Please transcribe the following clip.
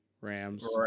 Rams